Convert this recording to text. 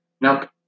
Nope